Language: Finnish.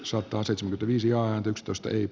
sota sen tulisijaa ykstoista yip